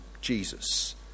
Jesus